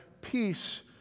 peace